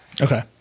Okay